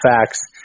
facts